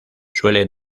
suele